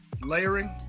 layering